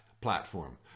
platform